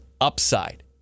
upside